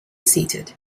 seated